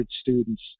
students